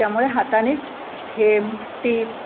त्यामुळे हातानेच हेम टीप